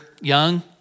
young